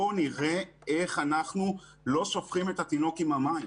בואו נראה איך אנחנו לא שופכים את התינוק עם המים.